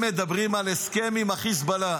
הם מדברים על הסכם עם החיזבאללה.